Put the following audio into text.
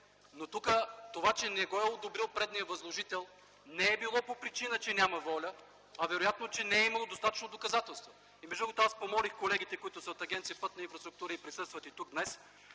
Но тук това, че не го е одобрил предният възложител, не е било по причина, че няма воля, а вероятно, че не е имало достатъчно доказателства. Между другото, аз помолих колегите, които са от Агенция „Пътна инфраструктура” и присъстват тук днес,